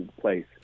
place